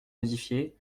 modifié